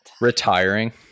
Retiring